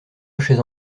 chaises